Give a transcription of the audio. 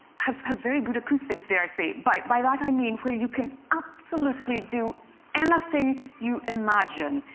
have have very good acoustics, dare i say. but by that i mean, where you can absolutely do anything you imagine.